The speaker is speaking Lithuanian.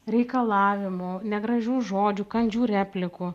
reikalavimų negražių žodžių kandžių replikų